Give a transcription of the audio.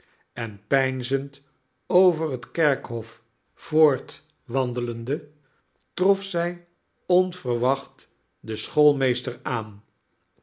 en peinzend over het kerkhof voortwandelende trof zij onverwacht den schoolmeester aan